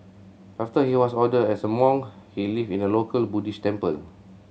after he was ordained as a monk he lived in a local Buddhist temple